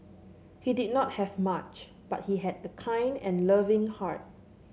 he did not have much but he had a kind and loving heart